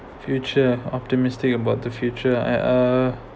future optimistic about the future at uh